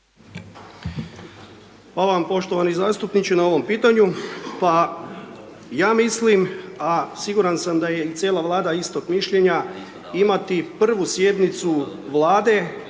Hvala vam poštovani zastupniče na ovom pitanju. Pa ja mislim a siguran sam da je i cijel Vlada istog mišljenja, imati prvu sjednicu Vlade